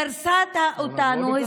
דרסה אותנו.